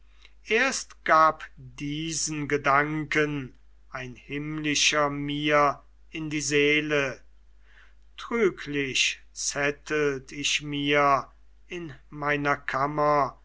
erst gab diesen gedanken ein himmlischer mir in die seele trüglich zettelt ich mir in meiner kammer